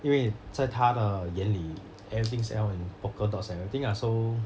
因为在她的眼里 everything's all in polka dots and everything ah so